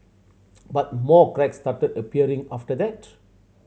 but more cracks started appearing after that